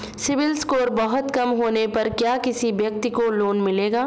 CIBIL score बहुत कम होने पर क्या किसी व्यक्ति को लोंन मिलेगा?